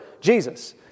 Jesus